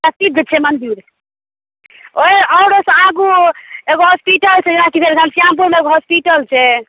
प्रसिद्ध छै मन्दिर ओहि आओर ओहिसँ आगू एगो हॉस्पिटल छै जेना कि घनश्यामपुरमे एगो हॉस्पिटल छै